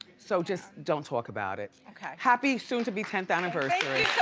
so just don't talk about it. okay. happy soon-to-be tenth anniversary.